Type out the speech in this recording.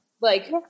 Like-